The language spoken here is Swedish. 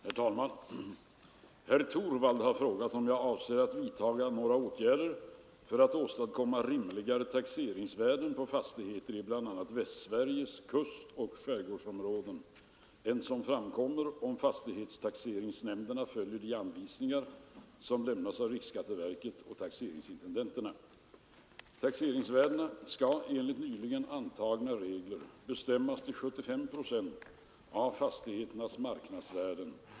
Herr talman! Herr Torwald har frågat om jag avser att vidtaga några åtgärder för att åstadkomma rimligare taxeringsvärden på fastigheter i bl.a. Västsveriges kustoch skärgårdsområden än som framkommer om fastighetstaxeringsnämnderna följer de anvisningar som lämnats av riksskatteverket och taxeringsintendenterna. Taxeringsvärdena skall enligt nyligen antagna regler bestämmas till 75 procent av fastigheternas marknadsvärde.